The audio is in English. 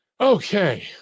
Okay